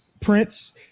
Prince